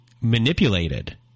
manipulated